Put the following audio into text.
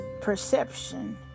perception